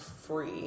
free